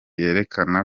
yerekana